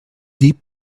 deep